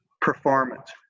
Performance